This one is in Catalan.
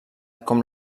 com